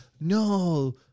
no